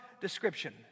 description